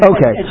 Okay